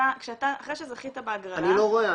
אחרי שזכית בהגרלה --- אני לא רואה,